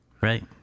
Right